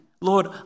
Lord